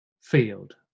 field